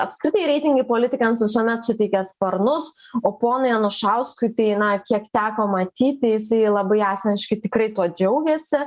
apskritai reitingai politikams visuomet suteikia sparnus o ponui anušauskui tai na kiek teko matyti jisai labai asmeniškai tikrai tuo džiaugėsi